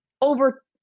over